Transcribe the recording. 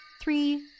Three